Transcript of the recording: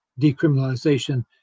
decriminalization